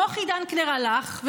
נוחי דנקנר הלך,